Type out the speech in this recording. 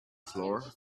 floor